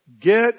Get